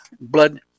blood